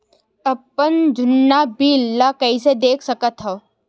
अपन जुन्ना बिल ला कइसे देख सकत हाव?